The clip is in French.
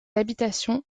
habitations